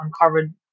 uncovered